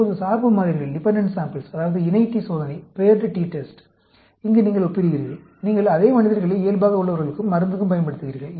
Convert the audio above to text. இப்போது சார்பு மாதிரிகள் அதாவது இணை t சோதனை இங்கு நீங்கள் ஒப்பிடுகிறீர்கள் நீங்கள் அதே மனிதர்களை இயல்பாக உள்ளவர்களுக்கும் மருந்துக்கும் பயன்படுத்துகிறீர்கள்